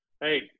hey